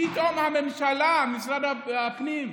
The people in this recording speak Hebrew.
פתאום הממשלה, משרד הפנים,